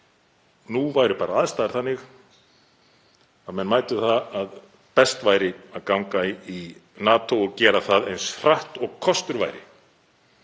nú væru bara aðstæður þannig að menn mætu það að best væri að ganga í NATO og gera það eins hratt og kostur væri.